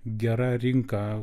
gera rinka